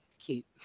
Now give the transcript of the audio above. cute